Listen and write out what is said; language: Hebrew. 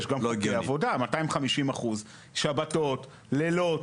יש גם חוקי עבודה 250% שבתות, לילות.